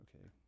okay